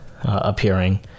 appearing